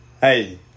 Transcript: Hey